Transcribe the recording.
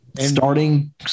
starting